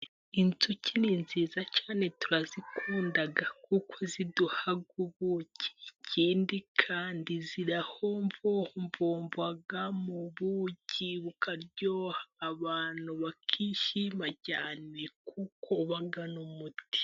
Inzuki ni nziza cyane, turazikunda kuko ziduha ubuki ,ikindi kandi ziramvomvomvwa mu buki bukaryoha, abantu bakishima kuko buba n'umuti.